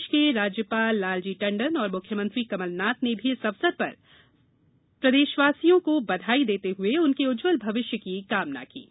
प्रदेश के राज्यपाल लालजी टंडन और मुख्यमंत्री कमलनाथ ने भी इस अवसर पर प्रदेशवासियों को बधाई देते हुए उनके उज्जवल भविष्य की कामना की है